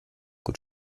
gut